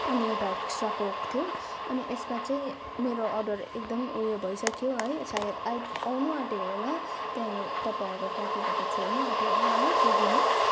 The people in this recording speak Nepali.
अनि एउटा एक्स्ट्रा कोक थियो अनि यसमा चाहिँ मेरो अर्डर एकदम उयो भइसक्यो है सायद आई आउनुआँट्यो होला त्यहाँ तपाईँहरूको क्याफेबाट छोड्नुआँट्यो होला है स्विगीले